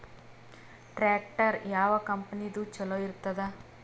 Tractor ಯಾವ ಕಂಪನಿದು ಚಲೋ ಇರತದ?